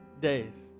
days